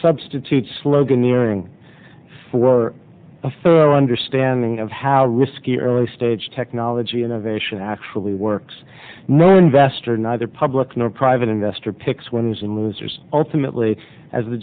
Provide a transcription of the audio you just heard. substitute sloganeering for a thorough understanding of how risky early stage technology innovation actually works no investor neither public nor private investor picks wins and losers ultimately as the